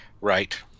Right